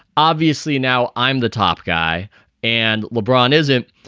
obviously, now i'm the top guy and lebron isn't.